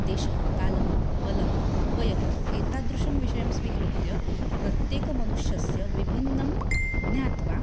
देशः कालः बलं वयः एतादृशं विषयं स्वीकृत्य प्रत्येकमनुष्यस्य विभिन्नं ज्ञात्वा